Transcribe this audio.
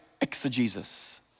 exegesis